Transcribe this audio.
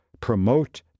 promote